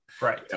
right